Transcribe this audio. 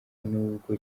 n’ubwo